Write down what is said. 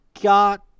got